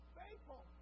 faithful